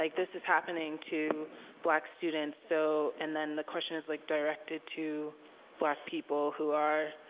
like this is happening to black students so and then the question is like directed to black people who are